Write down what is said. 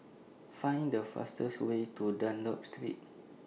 Find The fastest Way to Dunlop Street